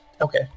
Okay